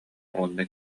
уонна